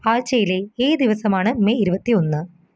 ആഴ്ചയിലെ ഏത് ദിവസമാണ് മെയ് ഇരുപത്തി ഒന്ന്